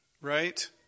right